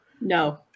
no